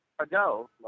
ago